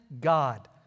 God